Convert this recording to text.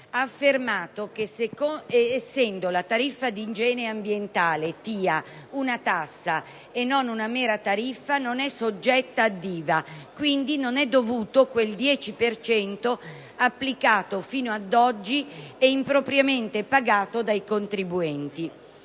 ha affermato che la tariffa di igiene ambientale (TIA), essendo una tassa e non una mera tariffa, non è soggetta ad IVA, e quindi non è dovuto quel 10 per cento applicato fino ad oggi e impropriamente pagato dai contribuenti.